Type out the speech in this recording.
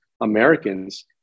Americans